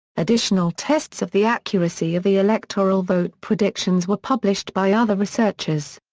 additional tests of the accuracy of the electoral vote predictions were published by other researchers.